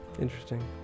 interesting